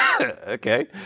Okay